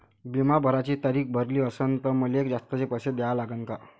बिमा भराची तारीख भरली असनं त मले जास्तचे पैसे द्या लागन का?